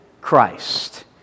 Christ